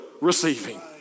receiving